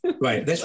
Right